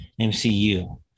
MCU